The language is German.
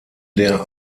der